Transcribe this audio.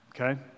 Okay